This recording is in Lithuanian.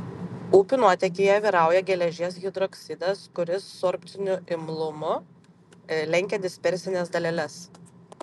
upių nuotėkyje vyrauja geležies hidroksidas kuris sorbciniu imlumu lenkia dispersines daleles